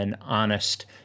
honest